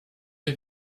ich